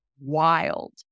wild